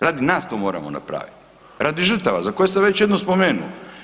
Radi nas to moramo napravit, radi žrtava za koje sam već jednu spomenuo.